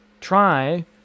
try